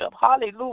Hallelujah